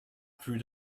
through